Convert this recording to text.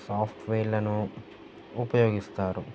సాఫ్ట్వేర్లను ఉపయోగిస్తారు